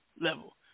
level